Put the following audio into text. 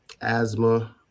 asthma